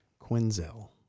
Quinzel